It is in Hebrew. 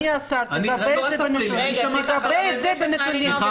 אדוני השר, תגבה את זה בנתונים.